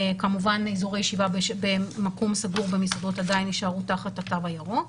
כמובן אזורי ישיבה במקום סגור במסעדות עדיין ישארו תחת התו הירוק,